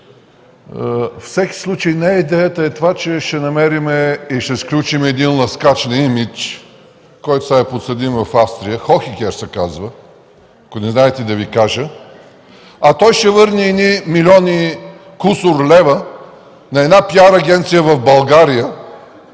всеки случай не идеята е това, че ще намерим и ще сключим един лъскач на имидж, който сега е подсъдим в Австрия – Хохегер се казва, ако не знаете – да Ви кажа, а той ще върне едни милион и кусур лева на една PR агенция в България,